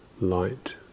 light